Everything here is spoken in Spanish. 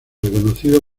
reconocido